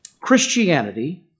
Christianity